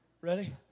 ready